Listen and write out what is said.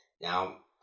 Now